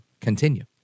continue